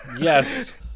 Yes